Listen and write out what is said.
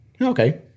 okay